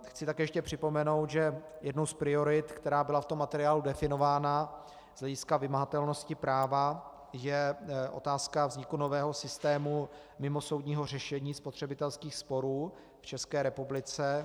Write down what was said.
Chci také ještě připomenout, že jednou z priorit, která byla v tom materiálu definována z hlediska vymahatelnosti práva, je otázka vzniku nového systému mimosoudního řešení spotřebitelských sporů v České republice.